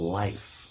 life